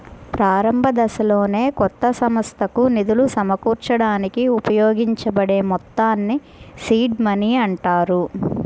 ప్రారంభదశలోనే కొత్త సంస్థకు నిధులు సమకూర్చడానికి ఉపయోగించబడే మొత్తాల్ని సీడ్ మనీ అంటారు